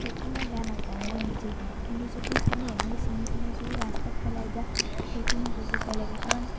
সেইটো মই বেয়া নাপাওঁ মই নিজেই দিম কিন্তু তুমি এনেই চিঙি পেলাই যদি ৰাস্তাত পেলাই দিয়া সেইটো মোৰ বহুত বেয়া লাগে কাৰণ